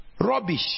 Rubbish